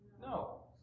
No